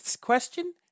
question